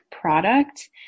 product